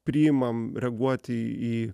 priimam reaguoti į